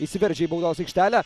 įsiveržia į baudos aikštelę